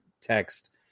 text